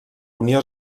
unió